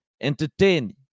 entertain